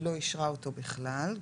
לא אישרה אותו בכלל,